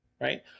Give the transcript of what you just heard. Right